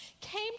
came